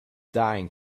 dying